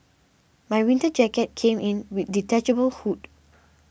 my winter jacket came in with detachable hood